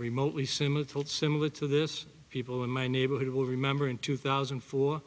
remotely similar thoughts similar to this people in my neighborhood will remember in two thousand and four